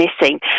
missing